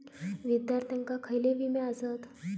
विद्यार्थ्यांका खयले विमे आसत?